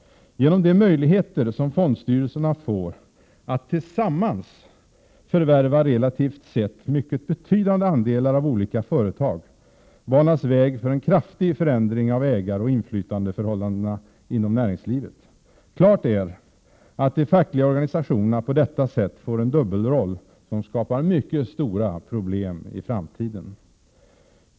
Genom de möjligheter som fondstyrelserna får att tillsammans förvärva relativt sett mycket betydande andelar av olika företag banas väg för en kraftig förändring av ägaroch inflytandeförhållandena inom näringslivet. Klart är att de fackliga organisationerna på detta sätt får en dubbelroll som skapar mycket stora problem i framtiden.